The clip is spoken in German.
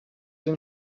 den